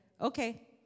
okay